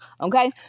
okay